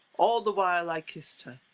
all the while i kiss'd her.